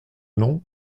nom